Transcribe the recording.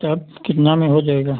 तब कितने में हो जाएगा